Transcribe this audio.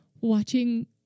watching